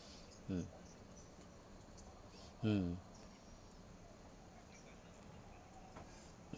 mm mm